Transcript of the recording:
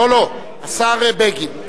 לא, השר בגין.